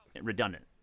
redundant